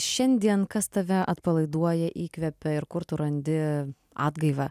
šiandien kas tave atpalaiduoja įkvepia ir kur tu randi atgaivą